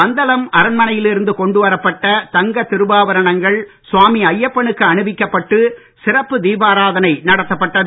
பந்தனம் அரண்மனையில் இருந்து கொண்டு வரப்பட்ட தங்க திருவாபரணங்கள் ஐயப்பனுக்கு அணிவிக்கப்பட்டு சிறப்பு தீபாரதனை நடத்தப்பட்டது